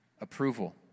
Approval